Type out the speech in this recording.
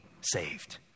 saved